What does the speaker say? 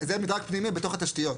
זה מדרג פנימי בתוך התשתיות.